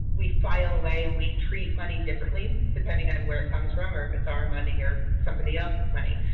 we file away and we treat money differently depending on where it comes from or if it's our money or somebody else's money.